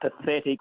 pathetic